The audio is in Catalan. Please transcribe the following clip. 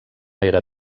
era